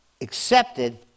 accepted